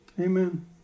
Amen